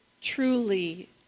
truly